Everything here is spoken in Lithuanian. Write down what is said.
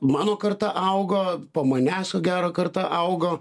mano karta augo po manęs ko gera karta augo